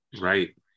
Right